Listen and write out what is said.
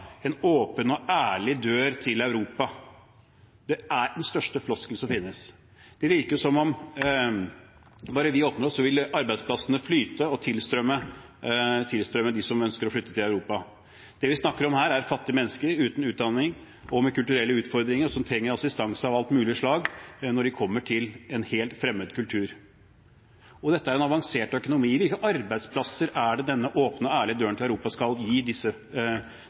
en åpen og ærlig dør til Europa. Det er den største floskelen som finnes. Det virker som om bare vi åpner oss, så vil arbeidsplassene flyte og tilstrømme dem som ønsker å flytte til Europa. Det vi snakker om her, er fattige mennesker uten utdanning og med kulturelle utfordringer som trenger assistanse av alle mulige slag når de kommer til en helt fremmed kultur med en avansert økonomi. Hvilke arbeidsplasser er det denne åpne og ærlige døren skal gi disse som strømmer til Europa,